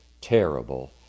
terrible